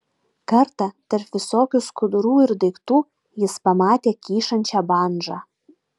kartą tarp visokių skudurų ir daiktų jis pamatė kyšančią bandžą